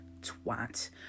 Twat